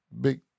big